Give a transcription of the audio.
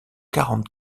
quarante